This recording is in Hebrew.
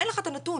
אין לך את הנתון